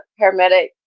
paramedic